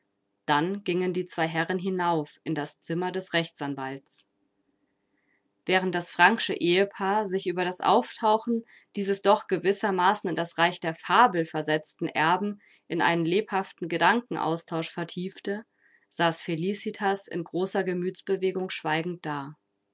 dann gingen die zwei herren hinauf in das zimmer des rechtsanwaltes während das franksche ehepaar sich über das auftauchen dieses doch gewissermaßen in das reich der fabel versetzten erben in einen lebhaften gedankenaustausch vertiefte saß felicitas in großer gemütsbewegung schweigend da